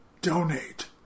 Donate